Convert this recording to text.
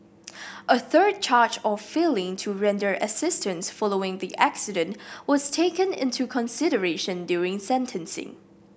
a third charge of failing to render assistance following the accident was taken into consideration during sentencing